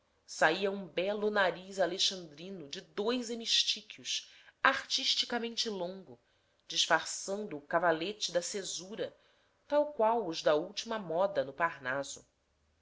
saia um belo nariz alexandrino de dois hemistíquios artisticamente longo disfarçando o cavalete da cesura tal qual os da última moda no parnaso